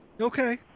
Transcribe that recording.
Okay